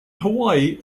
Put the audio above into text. hawaii